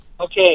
Okay